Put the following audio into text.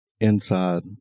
inside